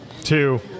two